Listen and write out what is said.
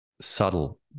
subtle